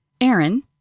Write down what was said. Aaron